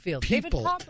people